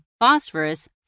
phosphorus